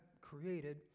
created